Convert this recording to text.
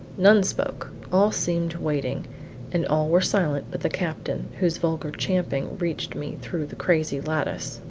none spoke all seemed waiting and all were silent but the captain, whose vulgar champing reached me through the crazy lattice,